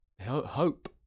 hope